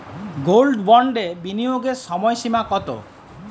Gold বন্ডে বিনিয়োগের সময়সীমা কতো?